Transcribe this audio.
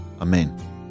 Amen